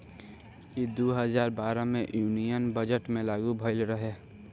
ई दू हजार बारह मे यूनियन बजट मे लागू भईल रहे